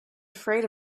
afraid